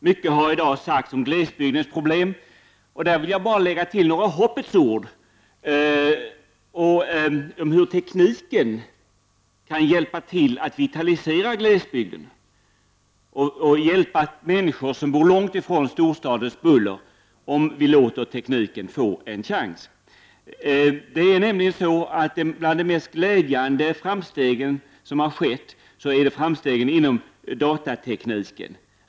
Mycket har i dag sagts om glesbygdens problem, och där vill jag bara lägga till några hoppets ord om hur tekniken kommer att hjälpa till att vitalisera glesbygden och hjälpa människor som bor långt från storstadens buller, om vi låter tekniken få en chans. Det är nämligen så att bland de mest glädjande tekniska framstegen är de som skett inom datatekniken.